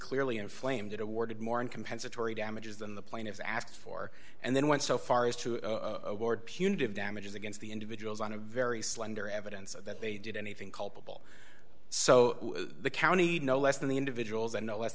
clearly inflamed it awarded more and compensatory damages than the plaintiffs asked for and then went so far as to award punitive damages against the individuals on a very slender evidence that they did anything culpable so the county no less than the individuals and no less